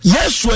Yes